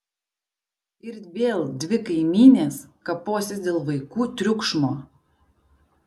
ir vėl dvi kaimynės kaposis dėl vaikų triukšmo